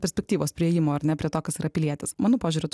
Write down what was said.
perspektyvos priėjimo ar ne prie to kas yra pilietis mano požiūriu